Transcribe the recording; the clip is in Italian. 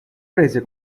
prese